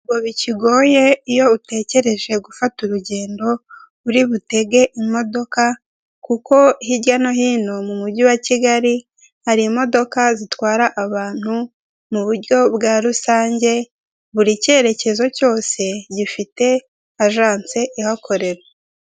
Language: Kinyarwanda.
Ntago bikigoye iyo utekereje gufata urugendo uri butege imodoka, kuko hirya no hino mu mujyi wa Kigali hari imodoka zitwara abantu mu buryo bwa rusange buri kerekezo cyose gifite agency ihakorera.